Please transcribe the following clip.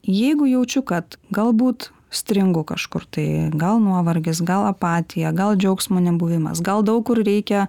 jeigu jaučiu kad galbūt stringu kažkur tai gal nuovargis gal apatija gal džiaugsmo nebuvimas gal daug kur reikia